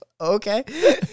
Okay